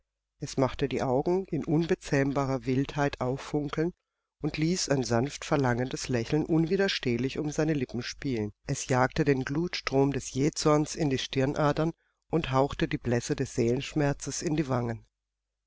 es machte die augen in unbezähmbarer wildheit auffunkeln und ließ ein sanftverlangendes lächeln unwiderstehlich um seine lippen spielen es jagte den glutstrom des jähzornes in die stirnadern und hauchte die blässe des seelenschmerzes in die wangen